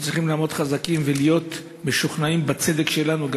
אנחנו צריכים לעמוד חזקים וגם להיות משוכנעים בצדק שלנו.